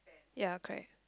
ya correct